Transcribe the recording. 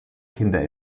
kinder